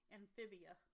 Amphibia